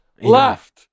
left